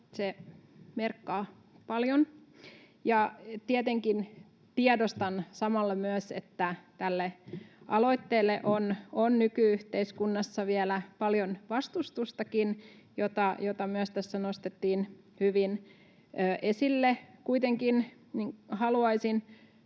se merkkaa paljon. Tietenkin tiedostan samalla myös, että tälle aloitteelle on nyky-yhteiskunnassa vielä paljon vastustustakin, jota myös tässä nostettiin hyvin esille. Kuitenkin haluaisin